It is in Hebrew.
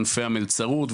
המלצרות וכדומה,